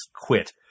quit